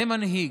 זה מנהיג.